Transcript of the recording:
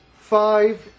five